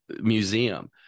museum